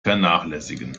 vernachlässigen